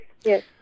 yes